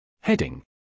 Heading